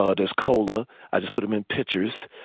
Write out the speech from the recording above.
ah there's cola i just put them in pitchers.